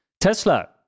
Tesla